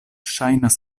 ŝajnas